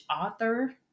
author